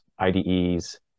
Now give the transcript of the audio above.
IDEs